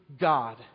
God